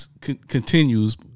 continues